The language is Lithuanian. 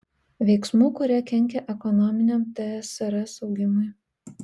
veiksmų kurie kenkia ekonominiam tsrs augimui